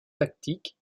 tactiques